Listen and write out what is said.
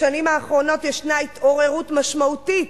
בשנים האחרונות ישנה התעוררות משמעותית